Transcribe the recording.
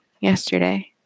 yesterday